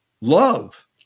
love